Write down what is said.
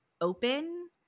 open